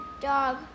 dog